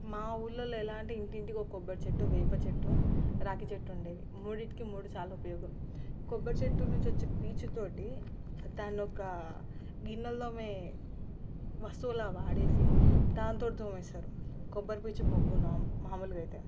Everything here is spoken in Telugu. మా ఊళ్ళలో ఎలా అంటే ఇంటింటికి ఒక కొబ్బరిచెట్టు వేపచెట్టు రాగిచెట్టు ఉండేది మూడిటికి మూడు సార్లు ఉపయోగం కొబ్బరిచెట్టు నుంచి వచ్చే పీచుతోటి దాన్నొక గిన్నెలు తోమే వస్తువులా వాడేసి దాంతోటి తోమేస్తారు కొబ్బరిపీచు బొగ్గు మాములుగా అయితే